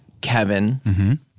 Kevin